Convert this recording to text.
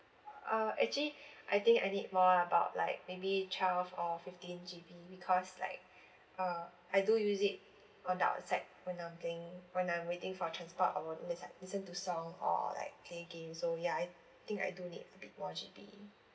uh actually I think I need more about like maybe twelve or fifteen G_B because like uh I do use it on the outside when I'm doing when I'm waiting for transport I would lista~ listen to song or like play game so ya I think I do need more G_B